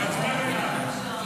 לשיקולכם.